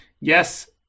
yes